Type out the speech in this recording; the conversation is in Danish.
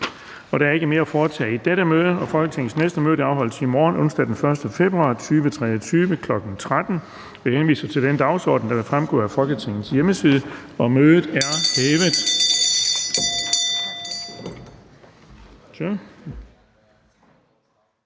Der er ikke mere at foretage i dette møde. Folketingets næste møde afholdes i morgen, onsdag den 1. februar 2023, kl. 13.00. Jeg henviser til den dagsorden, der vil fremgå af Folketingets hjemmeside. Mødet er hævet.